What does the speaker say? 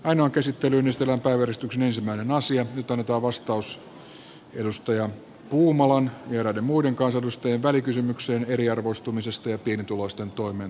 ainoa käsittelyn ystävä uudistuksen ensimmäinen asia jota nyt annetaan vastaus tuomo puumalan ja eräiden muiden kansanedustajien välikysymykseen eriarvoistumisesta ja pienituloisten toimeentulosta